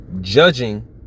judging